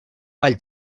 ball